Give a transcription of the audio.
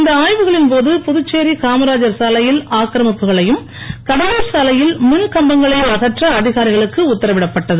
இந்த ஆய்வுகளின் போது புதுச்சேரி காமராஜர் சாலையில் ஆக்கிரமிப்புகளையும் கடலூர் சாலையில் மின்கம்பங்களையும் அகற்ற அதிகாரிகளுக்கு உத்தரவிடப்பட்டது